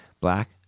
black